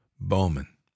Bowman